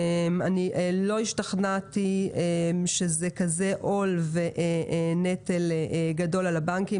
לא השתכנעתי שזה עול ונטל על הבנקים,